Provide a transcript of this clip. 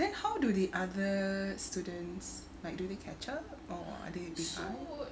then how do the other students like do they catch up or are they behind